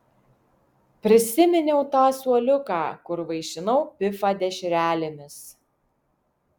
prisiminiau tą suoliuką kur vaišinau pifą dešrelėmis